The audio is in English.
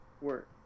work